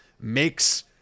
makes